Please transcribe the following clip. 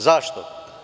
Zašto?